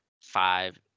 five